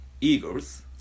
eagles